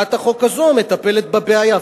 והצעת החוק הזאת מטפלת בבעיה.